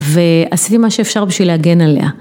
ועשיתי מה שאפשר בשביל להגן עליה.